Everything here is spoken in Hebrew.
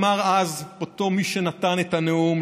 אמר אז אותו מי שנתן את הנאום,